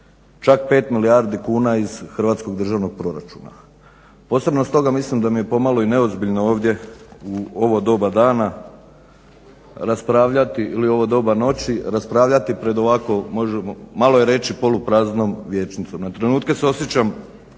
čak 5 milijardi kuna iz hrvatskog državnog proračuna. posebno stoga mislim da mi je pomalo i nezbiljno ovdje u ovo doba dana ili u ovo doba noći raspravljati pred ovako malo je reći polupraznom vijećnicom. Na trenutke se osjećam